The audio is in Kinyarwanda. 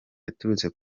yaturutse